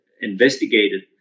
investigated